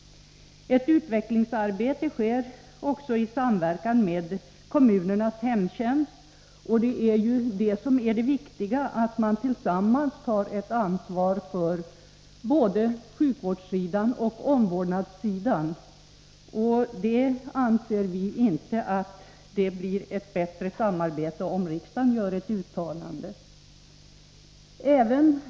Ett utvecklingsarbete sker också i samverkan med kommunernas hemtjänst. Det viktiga är ju att tillsammans ta ansvar för både sjukvårdssidan och omvårdnadssidan. Vi anser inte att samarbetet blir bättre om riksdagen gör ett uttalande.